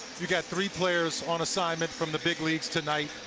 you've got three players on assignment from the big leagues tonight.